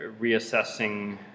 reassessing